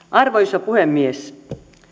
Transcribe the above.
arvoisa puhemies